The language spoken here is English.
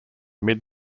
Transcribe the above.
mid